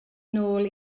nôl